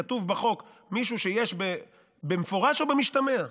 כתוב בחוק: מישהו שבמפורש או במשתמע.